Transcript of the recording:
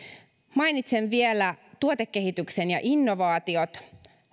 mainitsen vielä tuotekehityksen ja innovaatiot